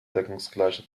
deckungsgleiche